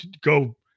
go